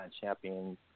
champions